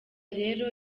rero